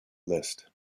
list